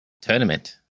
tournament